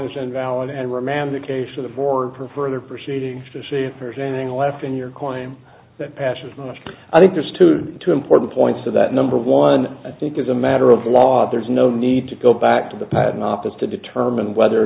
is invalid and remand the case to the board for further proceedings to see if there's anything left in your claim that passes muster i think there's two two important points to that number one i think is a matter of law there's no need to go back to the patent office to determine whether or